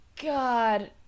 god